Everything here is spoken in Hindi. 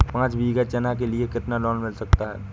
पाँच बीघा चना के लिए कितना लोन मिल सकता है?